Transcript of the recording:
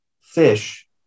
fish